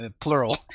plural